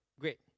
great